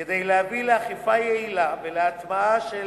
כדי להביא לאכיפה יעילה ולהטמעה של